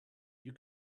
you